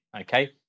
Okay